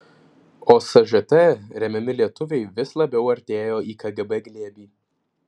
o sžt remiami lietuviai vis labiau artėjo į kgb glėbį